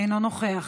אינו נוכח,